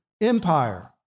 empire